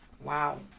Wow